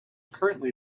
currently